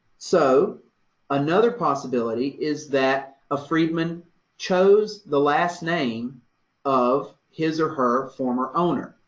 so another possibility is that a freedman chose the last name of his or her former owner.